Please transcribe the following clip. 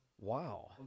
Wow